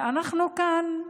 ואנחנו כאן,